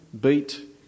beat